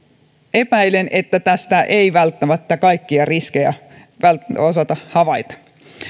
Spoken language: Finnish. epäilen että tästä ei välttämättä kaikkia riskejä osata havaita